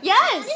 Yes